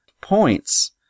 points